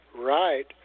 right